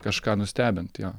kažką nustebint jo